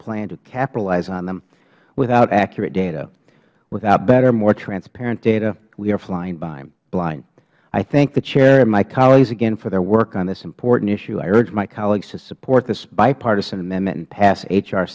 plan to capitalize on them without accurate data without better more transparent data we are flying blind i thank the chair and my colleagues again for their work on this important issue i urge my colleagues to support this bipartisan